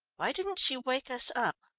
why didn't she wake us up?